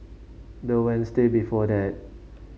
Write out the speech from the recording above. the Wednesday before that